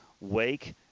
Wake